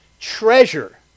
treasure